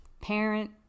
parent